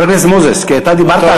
כי אתה דיברת,